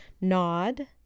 nod